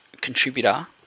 contributor